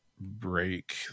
break